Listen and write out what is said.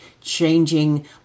changing